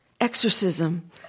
Exorcism